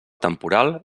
temporal